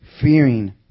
fearing